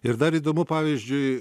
ir dar įdomu pavyzdžiui